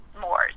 more